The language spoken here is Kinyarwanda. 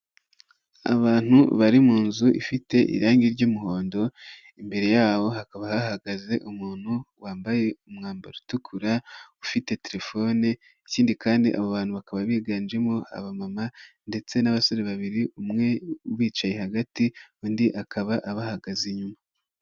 Abantu bari mu nzu ifite irangi ry'umuhondo, imbere yabo hakaba hahagaze umuntu, wambaye umwambaro utukura ufite telefone, ikindi kandi abo bantu bakaba biganjemo abamama, ndetse n'abasore babiri, umwe ubicaye hagati undi akaba abahagaze inyuma.